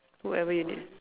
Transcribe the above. wherever it is